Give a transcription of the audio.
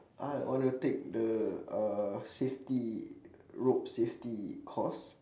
I'll want to take the uh safety rope safety course